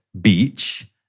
beach